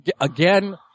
Again